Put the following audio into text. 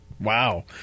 wow